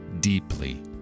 deeply